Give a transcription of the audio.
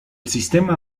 sistema